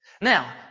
Now